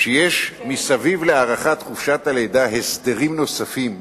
שיש מסביב להארכת חופשת הלידה הסדרים נוספים,